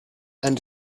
and